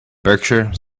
berkshire